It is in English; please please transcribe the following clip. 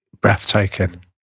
breathtaking